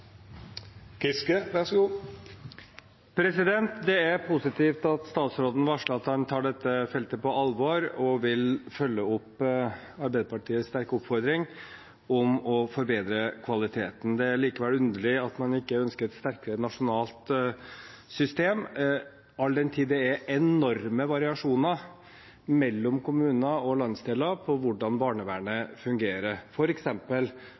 Det er positivt at statsråden varsler at han tar dette feltet på alvor og vil følge opp Arbeiderpartiets sterke oppfordring om å forbedre kvaliteten. Det er likevel underlig at man ikke ønsker et sterkere nasjonalt system, all den tid det er enorme variasjoner mellom kommuner og landsdeler når det gjelder hvordan